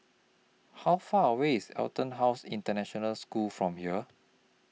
How Far away IS Etonhouse International School from here